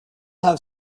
have